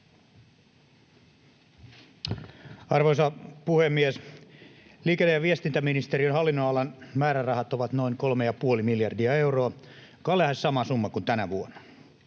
Arvoisa puhemies! Liikenne‑ ja viestintäministeriön hallinnonalan määrärahat ovat noin 3,5 miljardia euroa, joka on lähes sama summa kuin tänä vuonna.